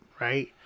Right